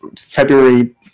February